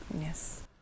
Yes